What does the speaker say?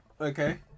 okay